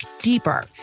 deeper